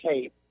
tape